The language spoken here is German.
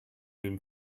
den